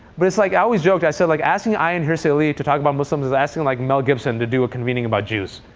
but it's like i always joked. i said like asking ayin and hirsi ali to talk about muslims is asking like mel gibson to do a convening about jews.